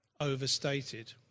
overstated